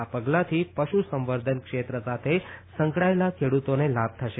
આ પગલાથી પશુ સંવર્ધન ક્ષેત્ર સાથે સંકળાયેલા ખેડુતોને લાભ થશે